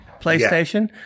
PlayStation